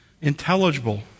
Intelligible